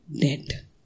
dead